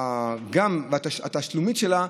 גם בתשלומים.